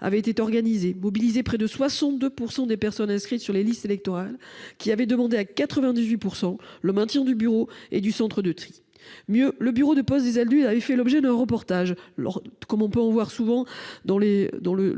avait été organisée, mobilisant près de 62 % des personnes inscrites sur les listes électorales, qui avaient demandé à 98 % le maintien du bureau et du centre de tri. Mieux, cette question avait fait l'objet d'un reportage sur TF1, comme on en voit souvent dans le